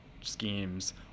schemes